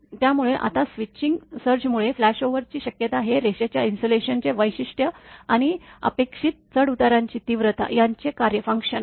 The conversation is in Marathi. त्यामुळे आता स्विचिंग सर्जमुळे फ्लॅशओव्हरची शक्यता हे रेषेच्या इन्सुलेशनचे वैशिष्ट्य आणि अपेक्षित चढउतारांची तीव्रता यांचे कार्य आहे